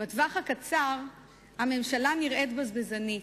בטווח הקצר הממשלה נראית בזבזנית,